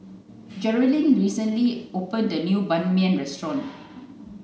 Jerilyn recently opened a new Ban Mian restaurant